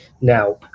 Now